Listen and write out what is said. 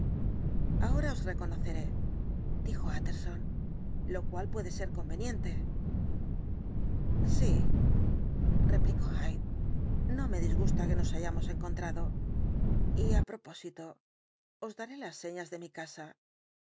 ahora os reconoceré dijo utterson lo cual puede ser conveniente en busca del se hyde sí replicó hyde no me disgusta que nos hayamos encontrado y á propósito os daré las señas de mi casa